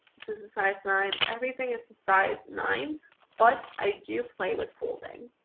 this is a size nine, everything is a size nine but i do play with bolding.